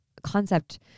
Concept